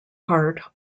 heart